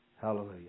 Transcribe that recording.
Hallelujah